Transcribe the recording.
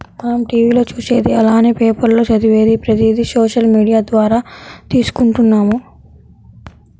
మనం టీవీ లో చూసేది అలానే పేపర్ లో చదివేది ప్రతిది సోషల్ మీడియా ద్వారా తీసుకుంటున్నాము